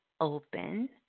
open